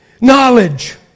Knowledge